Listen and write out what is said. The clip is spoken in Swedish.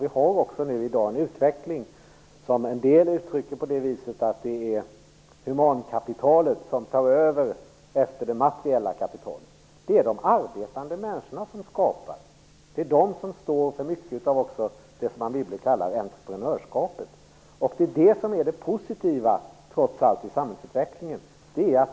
I dag har vi en utveckling där en del uttrycker att det är humankapitalet som tar över efter det materiella kapitalet. Det är de arbetande människorna som skapar. Det är de som står för mycket av det som Anne Wibble kallar entreprenörskap. Detta är trots allt det positiva i samhällsutvecklingen.